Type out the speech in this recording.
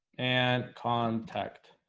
and contact